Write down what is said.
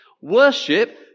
Worship